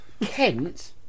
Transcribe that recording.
Kent